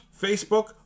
Facebook